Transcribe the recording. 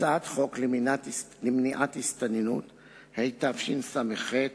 הצעת חוק למניעת הסתננות, התשס"ח 2008,